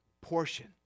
portion